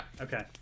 okay